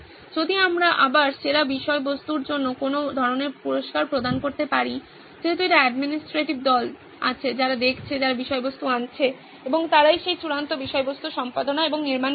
যদি আমরা আবার সেরা বিষয়বস্তুর জন্য কোনো ধরণের পুরস্কার প্রদান করতে পারি যেহেতু একটি অ্যাডমিনিস্ট্রেটিভ দল আছে যারা দেখছে যারা বিষয়বস্তু আনছে এবং তারাই সেই চূড়ান্ত বিষয়বস্তু সম্পাদনা এবং নির্মাণ করছে